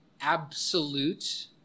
absolute